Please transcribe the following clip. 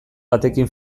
batekin